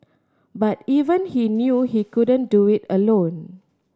but even he knew he couldn't do it alone